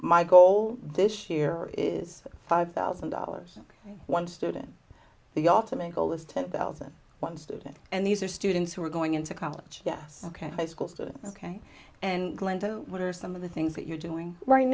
my goal this year is five thousand dollars one student the ultimate goal is ten thousand one student and these are students who are going into college yes ok high schools ok and glenda what are some of the things that you're doing right